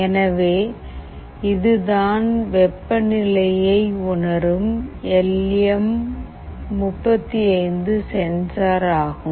எனவே இது தான் வெப்ப நிலையை உணரும் எல் எம் 35 சென்சார் ஆகும்